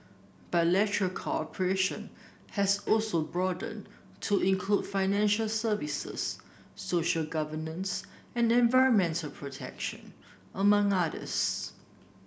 bilateral cooperation has also broadened to include financial services social governance and environmental protection among others